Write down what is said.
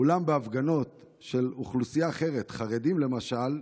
אולם בהפגנות של אוכלוסייה אחרת, חרדים, למשל,